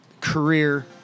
career